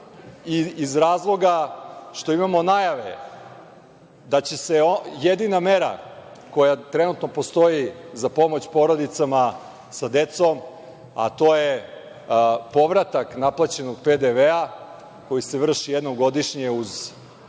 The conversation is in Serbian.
iz razloga što imamo najave da će se jedina mera koja trenutno postoji za pomoć porodicama sa decom, a to je povratak naplaćenog PDV-a, koji se vrši jednom godišnje uz